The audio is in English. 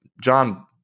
John